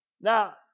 Now